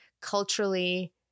culturally